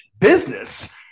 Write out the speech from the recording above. business